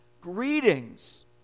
Greetings